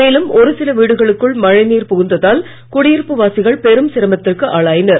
மேலும் ஒருசில வீடுகளுக்குள் மழைநீர் புகுந்ததால் குடியிருப்பு வாசிகள் பெரும் சிரமத்திற்கு ஆளாயினர்